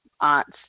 aunts